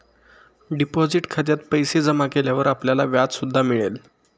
deposit खात्यात पैसे जमा केल्यावर आपल्याला व्याज सुद्धा मिळेल